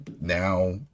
now